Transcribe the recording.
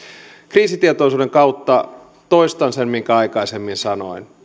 kriisitietoisuuden kautta toistan sen minkä aikaisemmin sanoin